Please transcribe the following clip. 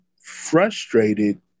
frustrated